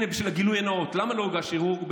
למה לא הוגש ערעור?